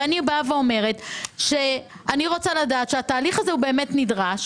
אני רוצה לדעת שהתהליך הזה באמת נדרש,